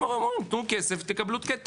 הם אומרים: תנו כסף - תקבלו.